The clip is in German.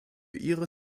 ihre